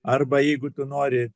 arba jeigu tu nori